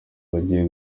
bagiye